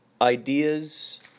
ideas